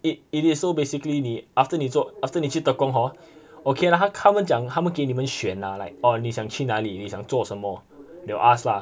it is so basically the after 你做 after 你去 tekong hor okay lah 他们讲他们给你们选 lah like 你想去那里你想做什么 they'll ask lah